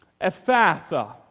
Ephatha